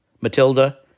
Matilda